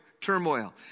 turmoil